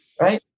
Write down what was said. right